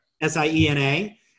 S-I-E-N-A